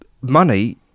Money